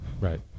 Right